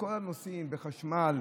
בכל הנושאים: בחשמל,